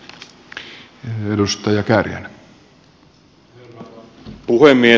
herra puhemies